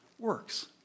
works